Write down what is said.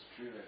true